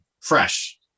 fresh